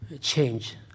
change